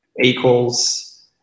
equals